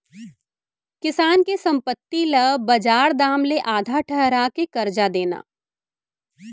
किसान के संपत्ति ल बजार दाम ले आधा ठहरा के करजा देना